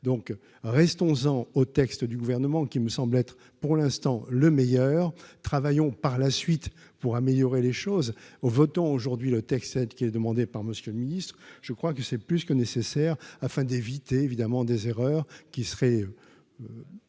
donc restons-en au texte du gouvernement qui me semble être, pour l'instant, le meilleur travaillons par la suite pour améliorer les choses aux votants aujourd'hui le texte qui est demandé par Monsieur le Ministre, je crois que c'est plus que nécessaire afin d'éviter évidemment des erreurs qui serait